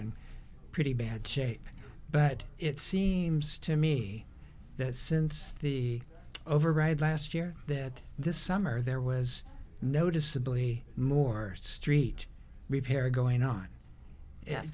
in pretty bad shape but it seems to me that since the override last year that this summer there was noticeably more street repair going on yeah